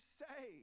say